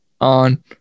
on